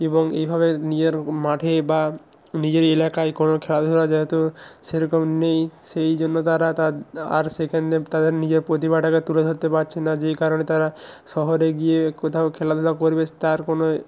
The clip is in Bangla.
এবং এইভাবে নিজের মাঠে বা নিজের এলাকায় কোনো খেলাধুলা যেহেতু সেরকম নেই সেই জন্য তারা তাদ্ আর সেখানে তাদের নিজের প্রতিভাটাকে তুলে ধরতে পারছে না যেই কারণে তারা শহরে গিয়ে কোথাও খেলাধুলা করবে তার কোনো